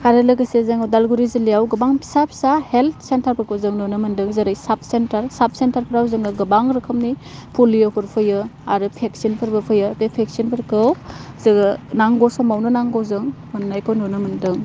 आरो लोगोसे जोङो उदालगुरि जिल्लायाव गोबां फिसा फिसा हेल्थ सेन्टारफोरखौ जों नुनो मोन्दों जेरै साब सेन्टार साब सेन्टारफोराव जोङो गोबां रोखोमनि पलिय'फोर फैयो आरो भेकसिनफोरबो फैयो बे भेकसिनफोरखौ जोङो नांगौ समावनो नांगौजों मोन्नायखौ नुनो मोन्दों